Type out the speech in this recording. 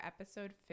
episode